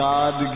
God